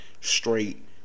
straight